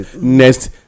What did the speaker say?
next